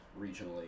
regionally